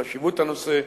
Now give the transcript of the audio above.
עקב חשיבות הנושא,